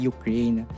Ukraine